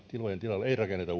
tilojen tilalle ei rakenneta